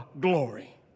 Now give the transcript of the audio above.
glory